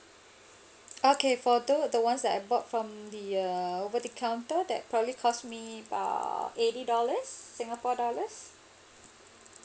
okay for thos~ the ones that I bought from the uh over the counter that probably cost me about eighty dollars singapore dollars